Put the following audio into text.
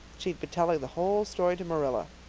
she had been telling the whole story to marilla.